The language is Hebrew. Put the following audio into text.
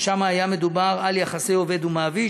שם היה מדובר על יחסי עובד ומעביד,